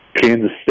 Kansas